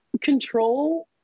control